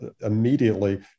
immediately